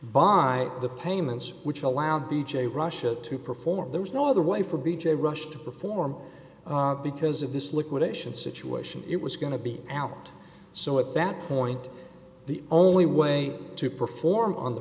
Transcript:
by the payments which allowed b j russia to perform there was no other way for b j rush to perform because of this liquidation situation it was going to be out so at that point the only way to perform on the